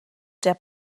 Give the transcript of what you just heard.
der